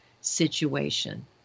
situation